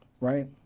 right